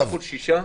לפחות שישה,